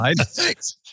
Thanks